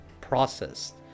processed